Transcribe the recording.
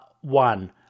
one